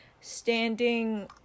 standing